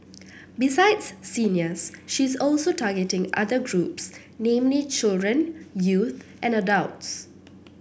besides seniors she is also targeting other groups namely children youth and adults